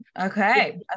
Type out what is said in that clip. Okay